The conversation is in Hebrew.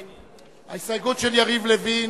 ההסתייגות של יריב לוין